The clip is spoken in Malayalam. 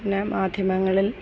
പിന്നേ മാധ്യമങ്ങളിൽ